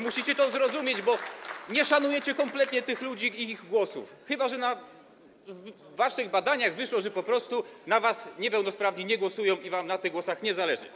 Musicie to zrozumieć, bo nie szanujecie kompletnie tych ludzi i ich głosów, chyba że w waszych badaniach wyszło, że po prostu niepełnosprawni na was nie głosują, i wam na tych głosach nie zależy.